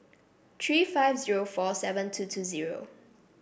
three five zero four seven two two zero